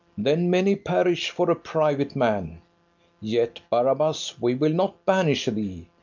than many perish for a private man yet, barabas, we will not banish thee,